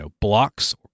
blocks